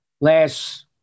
last